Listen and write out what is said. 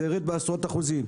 זה ירד בעשרות אחוזים.